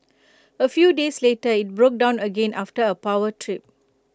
A few days later IT broke down again after A power too